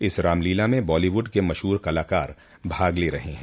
इस रामलीला में बालीवुड के मशहूर कलाकार भाग ले रहे हैं